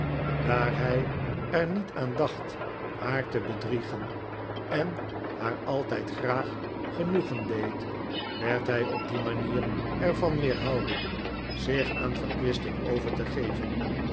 daar hij er niet aan dacht haar te bedriegen en haar altijd graag genoegen deed werd hij op die manier er van weerhouden zich aan verkwisting over te geven